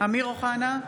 אמיר אוחנה,